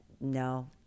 no